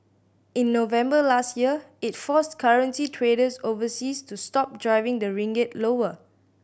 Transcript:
in November last year it forced currency traders overseas to stop driving the ringgit lower